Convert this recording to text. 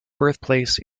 birthplace